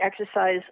exercise